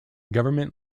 government